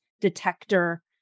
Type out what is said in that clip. detector